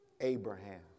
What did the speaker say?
Abraham